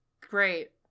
great